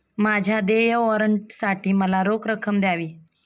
माझ्या देय वॉरंटसाठी मला रोख रक्कम द्यावी